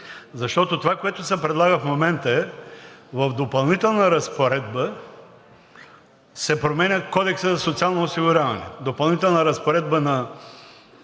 Защото това, което се предлага в момента – в Допълнителна разпоредба се променя Кодексът за социално осигуряване! С Допълнителна разпоредба в